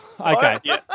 Okay